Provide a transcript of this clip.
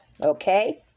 Okay